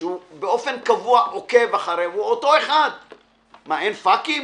שבאופן קבוע עוקב, והוא אותו אחד - מה, אין פאקים?